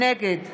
נגד